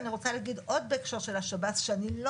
אני רוצה להגיד עוד בהקשר של השב"ס שאני לא